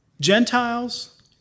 Gentiles